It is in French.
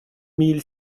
mille